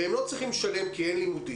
והם לא צריכים לשלם כי אין לימודים,